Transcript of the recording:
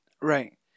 Right